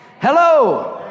Hello